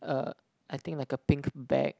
err I think like a pink bag